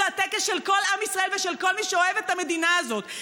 זה הטקס של כל עם ישראל ושל כל מי שאוהב את המדינה הזאת.